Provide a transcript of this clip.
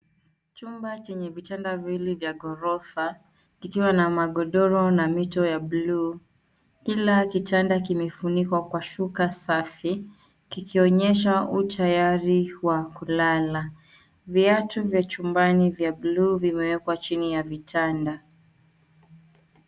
Chumba chenye vitanda viwili vya ghorofa. Kikiwa na magodoro na mito ya bluu. Kila kitanda kimefunikwa kwa shuka safi. Kikionyesha u tayari wa kulala. Viatu vya chumbani vya bluu vimewekwa chini ya vitanda.